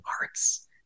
arts